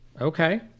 Okay